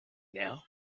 now